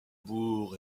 bourg